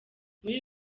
muri